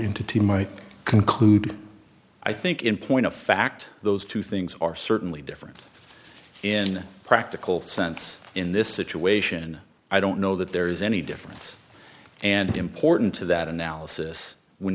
two might conclude i think in point of fact those two things are certainly different in a practical sense in this situation i don't know that there is any difference and the importance of that analysis when